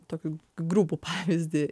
tokių grubų pavyzdį